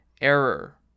error